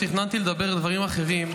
האמת היא שתכננתי לדבר על דברים אחרים,